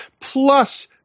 plus